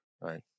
Right